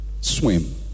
swim